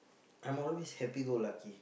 I'm always happy go lucky